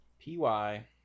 P-Y